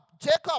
Jacob